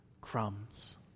crumbs